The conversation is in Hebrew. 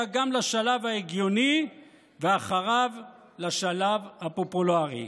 גם לשלב ההגיוני ואחריו לשלב הפופולרי.